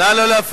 נא לא להפריע.